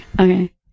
Okay